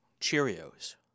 Cheerios